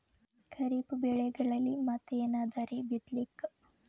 ಖರೀಫ್ ಬೆಳೆಗಳಲ್ಲಿ ಮತ್ ಏನ್ ಅದರೀ ಬಿತ್ತಲಿಕ್?